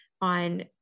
on